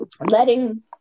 letting